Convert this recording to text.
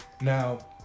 Now